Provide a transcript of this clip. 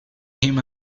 him